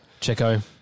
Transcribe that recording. Checo